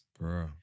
bro